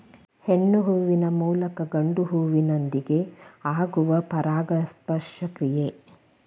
ಹೆಣ್ಣು ಹೂವಿನ ಮೂಲಕ ಗಂಡು ಹೂವಿನೊಂದಿಗೆ ಆಗುವ ಪರಾಗಸ್ಪರ್ಶ ಕ್ರಿಯೆ